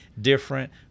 different